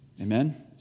Amen